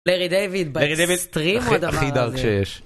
לארי דויד באקסטרים הוא הדבר הזה לארי דייוויד הוא הכי דארק שיש